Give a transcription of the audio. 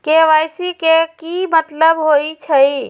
KYC के कि मतलब होइछइ?